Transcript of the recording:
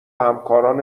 همکاران